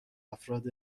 افراد